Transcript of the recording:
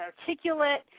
articulate